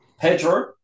Pedro